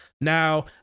Now